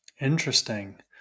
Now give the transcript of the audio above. Interesting